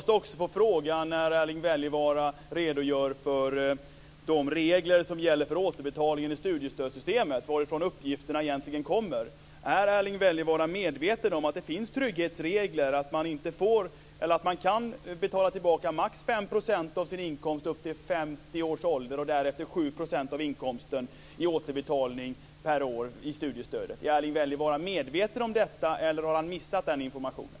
Erling Wälivaara redogör för de regler som gäller för återbetalningen i studiestödssystemet. Jag måste få fråga varifrån uppgifterna egentligen kommer. Är Erling Wälivaara medveten om att det finns trygghetsregler? Man kan få betala tillbaka maximalt Är Erling Wälivaara medveten om detta, eller har han missat den informationen?